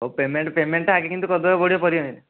ହେଉ ପେମେଣ୍ଟ୍ ପେମେଣ୍ଟ୍ଟା ଆଗେ କିନ୍ତୁ କରିଦେବାକୁ ପଡ଼ିବ ପରିବା ନେଲେ